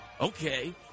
Okay